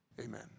amen